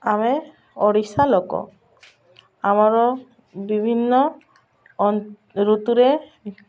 ଆମେ ଓଡ଼ିଶା ଲୋକ ଆମର ବିଭିନ୍ନ ଋତୁରେ